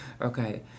okay